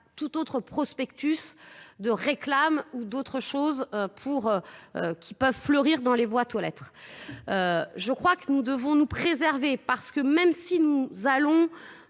tout autre prospectus de réclame ou d'autres choses qui peuvent fleurir dans les boîtes aux lettres. Je crois que nous devons nous préserver parce que même si nous allons